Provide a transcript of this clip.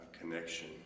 connection